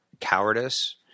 cowardice